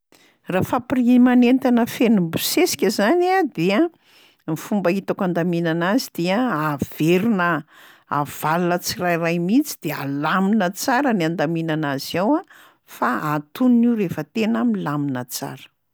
Raha fampiriman'entana feno mibosesika zany a dia: ny fomba hitako handaminana azy dia averina avalona tsirairay mihitsy de alamina tsara ny andaminana azy ao a, fa antonona io rehefa tena milamina tsara.